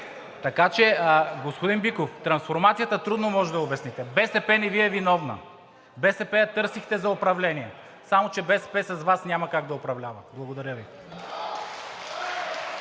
Така че, господин Биков, трансформацията трудно можете да я обясните. БСП не Ви е виновна. БСП я търсихте за управление, само че БСП с Вас няма как да управлява. Благодаря Ви.